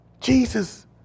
Jesus